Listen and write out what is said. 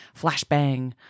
flashbang